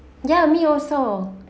ya me also